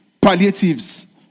palliatives